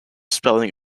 spelling